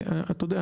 אתה יודע,